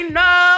no